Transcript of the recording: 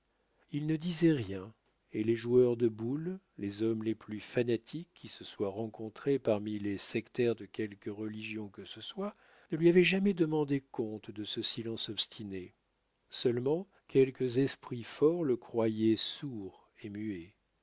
il ne disait rien et les joueurs de boules les hommes les plus fanatiques qui se soient rencontrés parmi les sectaires de quelque religion que ce soit ne lui avaient jamais demandé compte de ce silence obstiné seulement quelques esprits forts le croyaient sourd et muet